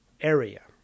area